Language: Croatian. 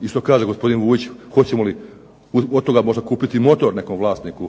I što kaže gospodin Vujić, hoćemo li od toga možda kupiti motor nekom vlasniku,